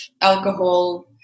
alcohol